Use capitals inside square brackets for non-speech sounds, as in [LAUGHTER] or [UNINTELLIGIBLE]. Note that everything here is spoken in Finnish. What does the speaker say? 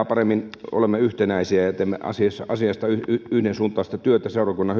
[UNINTELLIGIBLE] paremmin olemme yhtenäisiä ja teemme asioissa yhdensuuntaista työtä seurakunnan [UNINTELLIGIBLE]